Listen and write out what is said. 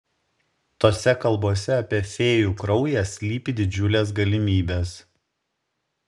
tose kalbose apie fėjų kraują slypi didžiulės galimybės